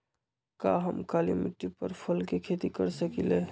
का हम काली मिट्टी पर फल के खेती कर सकिले?